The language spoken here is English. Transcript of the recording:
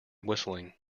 whistling